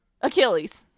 Achilles